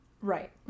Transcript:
Right